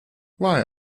why